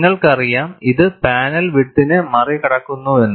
നിങ്ങൾക്കറിയാം ഇത് പാനൽ വിഡ്ത്തിനെ മറികടക്കുന്നുവെന്ന്